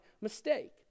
mistake